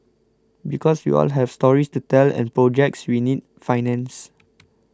because we all have stories to tell and projects we need financed